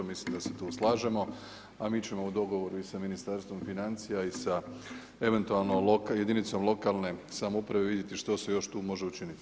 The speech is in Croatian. Mislim da se tu slažemo, a mi ćemo u dogovoru i sa Ministarstvom financija i sa eventualno jedinicom lokalne samouprave vidjeti što se još tu može učiniti.